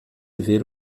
ver